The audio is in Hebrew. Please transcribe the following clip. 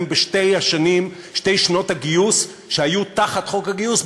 בשתי שנות הגיוס שהיו תחת חוק הגיוס,